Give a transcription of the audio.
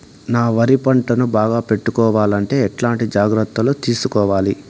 నా వరి పంటను బాగా పెట్టుకోవాలంటే ఎట్లాంటి జాగ్రత్త లు తీసుకోవాలి?